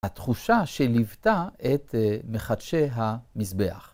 התחושה שליוותה את מחדשי המזבח.